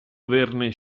averne